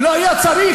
לא היה צריך.